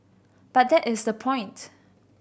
but that is the point